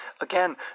Again